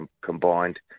combined